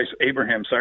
Abraham